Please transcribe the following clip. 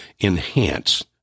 enhance